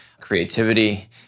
creativity